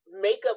makeup